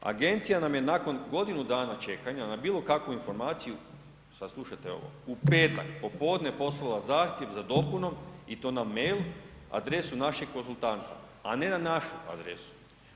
Agencija nam je nakon godinu dana čekanja na bilo kakvu informaciju, sada slušajte ovo, u petak popodne poslala zahtjev za dopunom i to na mail adresu našeg konzultanta a ne na našu adresu.